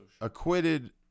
acquitted